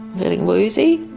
feeling woozy?